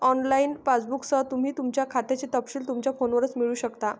online पासबुकसह, तुम्ही तुमच्या खात्याचे तपशील तुमच्या फोनवरच मिळवू शकता